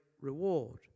reward